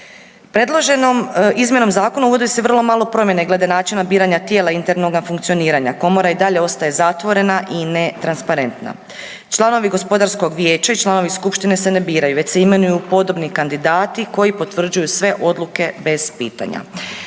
Predloženom izmjenom zakona uvodi se vrlo malo promjena glede načina biranja tijela internoga funkcioniranja, komora i dalje ostaje zatvorena i netransparentna. Članovi gospodarskog vijeća i članovi skupštine se ne biraju već se imenuju podobni kandidati koji potvrđuju sve odluke bez pitanja.